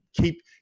Keep